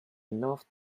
loved